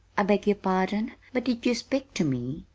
i beg your pardon, but-did you speak to me?